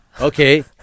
Okay